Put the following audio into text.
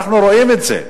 אנחנו רואים את זה.